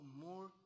more